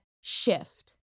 shift